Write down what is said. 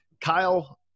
kyle